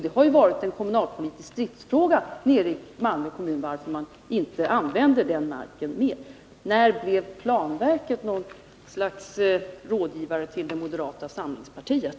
Det har varit en kommunalpolitisk stridsfråga nere i Malmö kommun, varför man inte använder denna mark mer. När blev planverket något slags rådgivare till det moderata samlingspartiet?